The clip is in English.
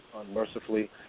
unmercifully